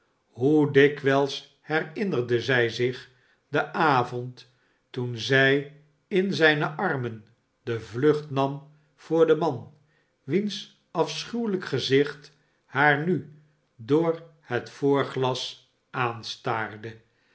hoe dikwijls herinnerende zij zich den avond toen zij in zijne armen de vlucht nam voor den man wiens afschuwelijk gezicht haar nu door het voorglas aanstaarde